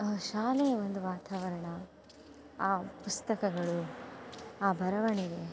ಆ ಶಾಲೆಯ ಒಂದು ವಾತಾವರಣ ಆ ಪುಸ್ತಕಗಳು ಆ ಬರವಣಿಗೆ